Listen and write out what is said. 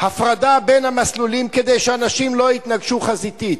הפרדה בין המסלולים, כדי שאנשים לא יתנגשו חזיתית.